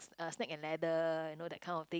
uh Snake and Ladder you know that kind of thing